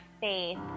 faith